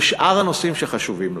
לשאר הנושאים שחשובים לנו.